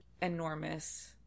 enormous